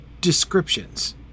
descriptions